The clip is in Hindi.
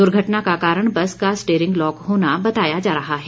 दुर्घटना का कारण बस का स्टेयरिंग लॉक होना बताया जा रहा है